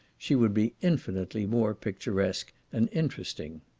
she would be infinitely more picturesque and interesting.